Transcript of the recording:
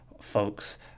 folks